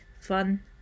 fun